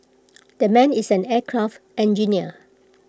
that man is an aircraft engineer